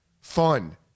Fun